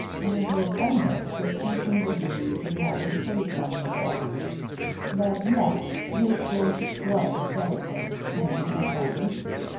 and was almost repenting the duties he had imposed on himself but, yet, his voice was bellicose and antagonistic.